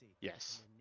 Yes